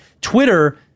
Twitter